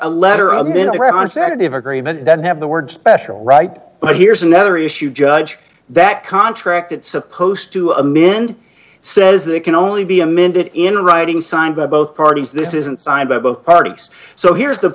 a letter a minute on saturday of agreement that have the word special right but here's another issue judge that contract it supposed to amend says that it can only be amended in writing signed by both parties this isn't signed by both parties so here's the